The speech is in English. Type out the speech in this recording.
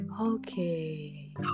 Okay